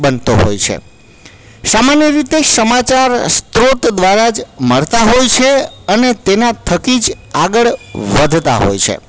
બનતો હોય છે સામાન્ય રીતે સમાચાર સ્ત્રોત દ્વારા જ મળતા હોય છે અને તેના થકી જ આગળ વધતાં હોય છે